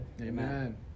Amen